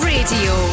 Radio